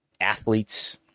athletes